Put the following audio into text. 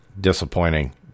disappointing